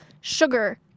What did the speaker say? sugar